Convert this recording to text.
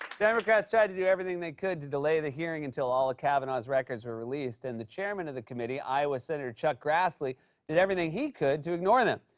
democrats tried to do everything they could to delay the hearing until all of kavanaugh's records were released. and the chairman of the committee iowa senator chuck grassley did everything he could to ignore them.